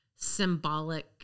symbolic